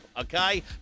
okay